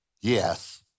yes